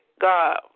God